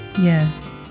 Yes